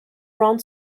around